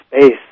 space